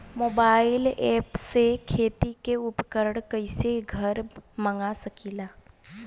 Mobile ऐपसे खेती के उपकरण कइसे घर मगा सकीला?